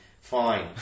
fine